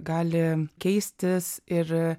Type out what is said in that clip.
gali keistis ir